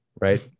right